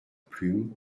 plume